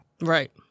Right